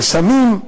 לסמים,